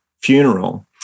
funeral